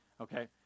okay